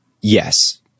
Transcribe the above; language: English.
Yes